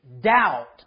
doubt